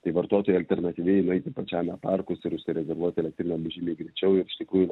tai vartotojui alternatyviai nueiti pačiam į e parkus ir užsirezervuoti elektrinę bus žymiai greičiau ir iš tikrųjų